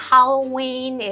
Halloween